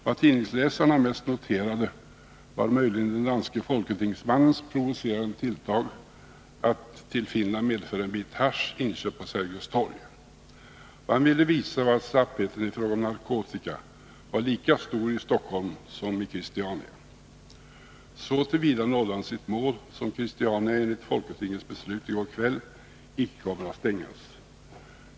Vad tidningsläsarna mest noterade var möjligen den danske folketingsmannens provocerande tilltag att till Finland medföra en bit hasch, inköpt på Sergels Torg. Vad han ville visa var att slappheten i fråga om narkotika var lika stor i Stockholm som i Christiania. Så till vida nådde han sitt mål som att Christiania enligt folketingets beslut i går kväll icke kommer att stängas.